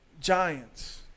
giants